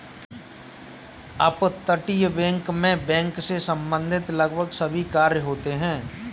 अपतटीय बैंक मैं बैंक से संबंधित लगभग सभी कार्य होते हैं